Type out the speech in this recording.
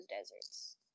deserts